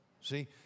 See